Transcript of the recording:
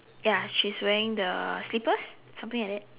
ya she's wearing the slippers something like that